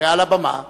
מעל הבמה